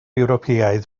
ewropeaidd